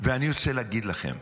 ואני רוצה להגיד לכם,